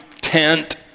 tent